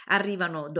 Arrivano